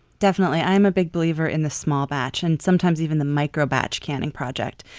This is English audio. definitely. i'm a big believer in the small batch and sometimes even the micro batch canning project.